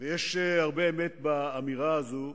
ויש הרבה אמת באמירה הזו,